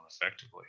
effectively